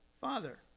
father